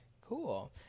Cool